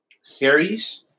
series